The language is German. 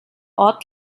ort